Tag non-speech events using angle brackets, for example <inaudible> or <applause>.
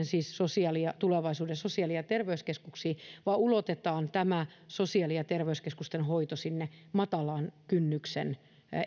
<unintelligible> siis tulevaisuuden sosiaali ja terveyskeskuksiin vaan ulotetaan sosiaali ja terveyskeskusten hoito sinne matalan kynnyksen